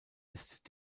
ist